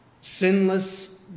Sinless